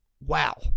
Wow